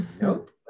Nope